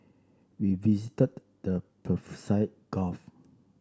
we visited the Persian Gulf